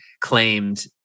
claimed